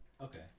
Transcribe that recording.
Okay